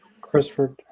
Christopher